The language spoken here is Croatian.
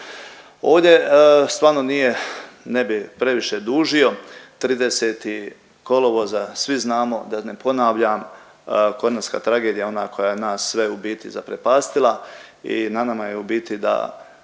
Ovdje stvarno nije, ne bi previše dužio 30. kolovoza svi znamo da ne ponavljam Konavoska tragedija ona koja je nas sve u biti zaprepastila i na nama je u biti da